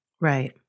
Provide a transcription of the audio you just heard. Right